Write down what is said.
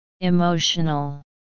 Emotional